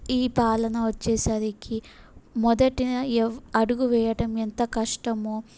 ఈ పాలన వచ్చేసరికి మొదటి ఎవ్ అడుగు వేయటం ఎంత కష్టమో